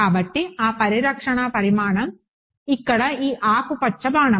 కాబట్టి ఆ పరిరక్షణ పరిమాణం ఇక్కడ ఈ ఆకుపచ్చ బాణం